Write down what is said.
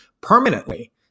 permanently